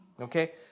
Okay